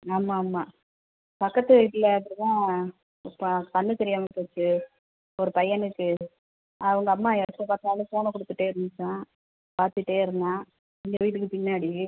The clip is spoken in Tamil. ஆமாம் ஆமாம் பக்கத்து வீட்டில் இப்படிதான் இப்போ கண்ணுத்தெரியாமல் போச்சு ஒரு பையனுக்கு அவங்கள் அம்மா எப்போ பார்த்தாலும் ஃபோனை கொடுத்துட்டே இருந்துச்சான் பார்த்துட்டே இருந்தான் இங்கே வீட்டுக்கு பின்னாடி